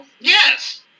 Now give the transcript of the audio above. Yes